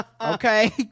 Okay